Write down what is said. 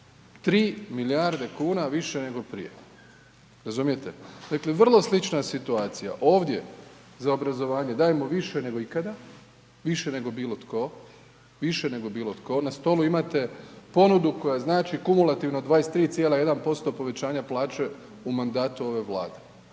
3 milijarde kuna više nego prije, razumijete. Dakle, vrlo slična situacija ovdje za obrazovanje dajemo više nego ikada, više nego bilo tko, više nego bilo tko. Na stolu imate ponudu koja znači kumulativno 23,1% povećanja plaće u mandatu ove Vlade,